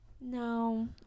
No